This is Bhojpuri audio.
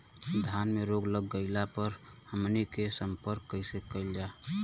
धान में रोग लग गईला पर हमनी के से संपर्क कईल जाई?